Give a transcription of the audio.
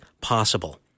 possible